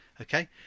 okay